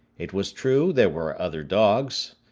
it was true, there were other dogs,